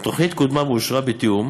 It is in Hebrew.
התוכנית קודמה ואושרה בתיאום